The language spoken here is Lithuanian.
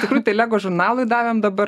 tikrųjų tai lego žurnalui davėm dabar